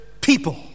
people